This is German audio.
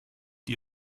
die